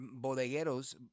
bodegueros